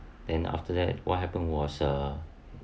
then after that what happened was a